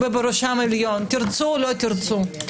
ובראשם העליון, תרצו או לא תרצו.